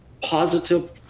positive